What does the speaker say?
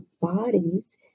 bodies